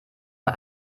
man